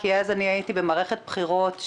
כי אז אני הייתי במערכת בחירות,